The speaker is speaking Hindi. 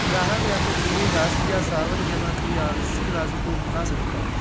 ग्राहक या तो पूरी राशि या सावधि जमा की आंशिक राशि को भुना सकता है